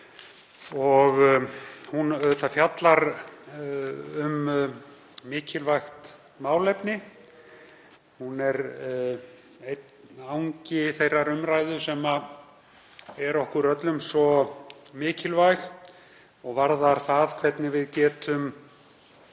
Hún fjallar um mikilvægt málefni. Hún er einn angi þeirrar umræðu sem er okkur öllum svo mikilvæg og varðar það hvernig við getum